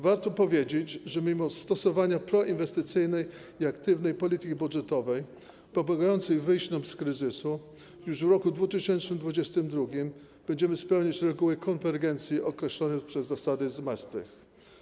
Warto powiedzieć, że mimo stosowania proinwestycyjnej i aktywnej polityki budżetowej pomagającej wyjść nam z kryzysu już w roku 2022 będziemy spełniać reguły konwergencji określonych przez zasady z Maastricht.